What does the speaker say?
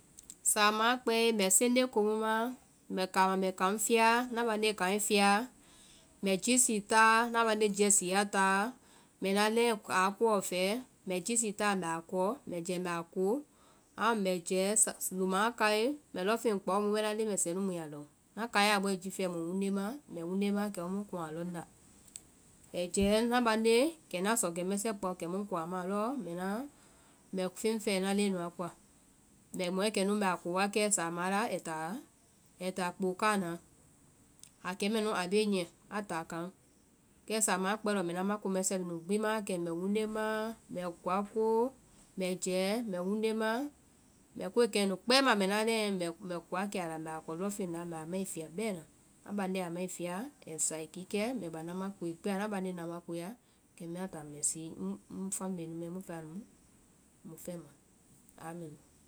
Sáama a kpɛe senjé komu mbɛ a ma, mbɛ káama mbɛ kaŋ fia, ŋna baŋnde kaŋɛ fia mbɛ ji sii táa, ŋna bande jiɛ sia táa, ŋna bande jiɛ sia táa, mbɛ ŋna leŋɛ mbɛ a koɔ fɛɛ, mbɛ jii sii táa mbɛ a ko, mbɛ jɛɛ mbɛ a ko, amu mbɛ jɛɛ luma a káe mbɛ lɔŋfeŋ kpao mu bɛ ŋna leŋ, ŋna kaiɛ a bɔe jifɛ muĩ wunde ma kɛ mu mu kuŋ a lɔŋ na. Ai jɛɛ ŋna baŋnde mbɛ kɛ ŋna sɔkɛ mɛsɛ kpao kɛmu ŋkuŋ a maã lɔɔ mbɛ feŋ fɛɛ ŋna leŋɛ nuã koa. Mbɛ mɔɛ kɛnu mbɛ a ko wakɛ kɛmu ai táa kpoo káa naã, a kɛ mɛnu a bee niyɛ a táa kaŋ. Kɛ sámaã a kpɛe lɔɔ mbɛ ŋna mako mɛsɛɛ nu gbi ma wakɛ, mbɛ wunde maã, mbɛ koa koo, mbɛ jaɛɛ mbɛ wonde maã, mbɛ koa kɛnu kpɛɛ ma, mbɛ ŋna leŋɛ mbɛ koa kɛ a la mbɛ a kɔ lɔnfeŋ la mbɛ a mai fiya bɛna ŋna bande a mai fiyaa ai sa ai kikɛ, mbɛ táa mbɛ ŋna makoe ŋna bande makoe la, amɛ nu.